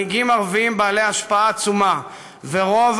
מנהיגים ערבים בעלי השפעה עצומה ורוב